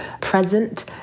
present